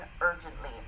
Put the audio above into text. urgently